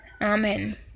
Amen